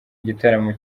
gitaramo